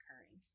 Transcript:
occurring